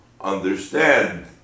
understand